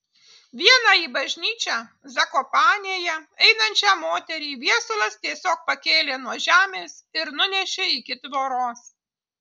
vieną į bažnyčią zakopanėje einančią moterį viesulas tiesiog pakėlė nuo žemės ir nunešė iki tvoros